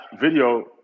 video